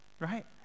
Right